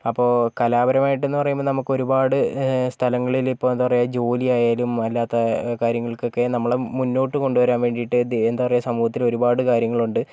അപ്പോൾ കലാപരമായിട്ടെന്ന് പറയുമ്പോൾ നമുക്ക് ഒരുപാടു സ്ഥലങ്ങളിലിപ്പോൾ എന്താപറയാ ജോലിയായാലും അല്ലാത്ത കാര്യങ്ങൾക്കൊക്കെ നമ്മളെ മുന്നോട്ട് കൊണ്ടുവരാൻ വേണ്ടീട്ട് ദേ എന്താപറയാ സമൂഹത്തിൽ ഒരുപാട് കാര്യങ്ങളുണ്ട്